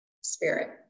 spirit